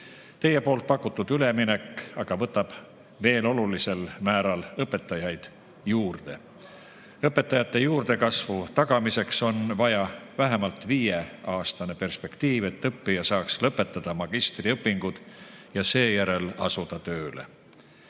Teie pakutud üleminek aga vajab veel olulisel määral õpetajaid juurde. Õpetajate juurdekasvu tagamiseks on vaja vähemalt viieaastane perspektiiv, et õppija saaks lõpetada magistriõpingud ja seejärel tööle